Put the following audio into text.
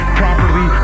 properly